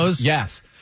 Yes